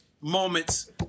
moments